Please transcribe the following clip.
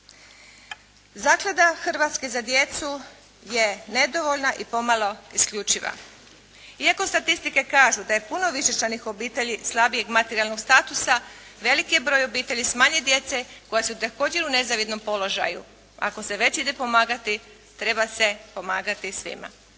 Zaklada „Hrvatska za djecu“ je nedovoljna i pomalo isključiva. Iako statistike kažu da je puno višečlanih obitelji slabijeg materijalnog statusa, velik je broj obitelji s manje djece koje su također u nezavidnom položaju. Ako se već ide pomagati, treba se pomagati svima.